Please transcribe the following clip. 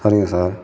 சரிங்க சார்